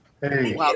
Hey